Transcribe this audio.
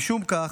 משום כך,